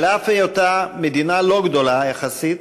על אף היותה מדינה לא גדולה יחסית,